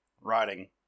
writing